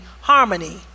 harmony